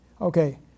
Okay